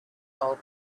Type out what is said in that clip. old